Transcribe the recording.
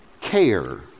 care